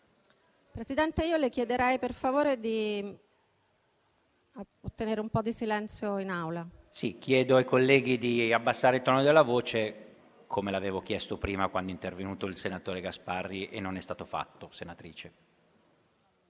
Presidente, le chiederei per favore di ottenere un po' di silenzio in Aula. PRESIDENTE. Chiedo ai colleghi di diminuire il tono della voce, come lo avevo chiesto prima, quando è intervenuto il senatore Gasparri, e non è stato fatto, senatrice.